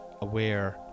aware